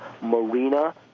Marina